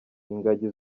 ingagi